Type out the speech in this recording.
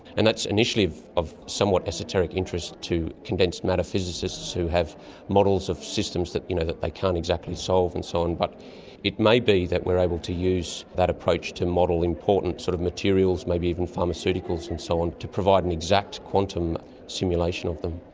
and that's initially of of somewhat esoteric interest to condensed matter physicists who have models of systems that you know that they can't exactly solve and so on. but it may be that we're able to use that approach to model important sort of materials, maybe even pharmaceuticals and so on, to provide an exact quantum simulation of them.